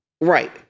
Right